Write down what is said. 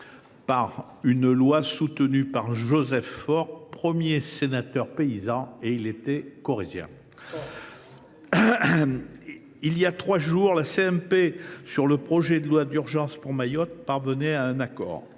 par une loi soutenue par Joseph Faure, premier sénateur paysan. Il était corrézien ! Il y a trois jours, la CMP sur le projet de loi d’urgence pour Mayotte parvenait à un accord.